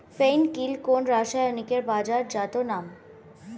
ফেন কিল কোন রাসায়নিকের বাজারজাত নাম?